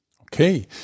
Okay